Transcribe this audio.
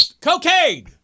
Cocaine